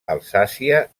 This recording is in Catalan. alsàcia